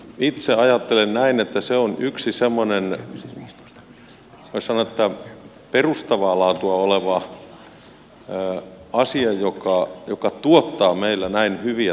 itse ajattelen näin että se on yksi semmoinen voisi sanoa perustavaa laatua oleva asia joka tuottaa meillä näin hyviä tuloksia